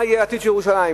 מה יהיה עתיד ירושלים.